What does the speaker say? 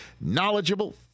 knowledgeable